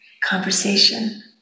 conversation